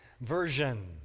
version